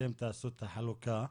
אתם תעשו את חלוקה,